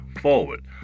forward